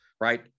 right